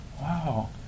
wow